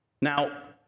Now